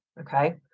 okay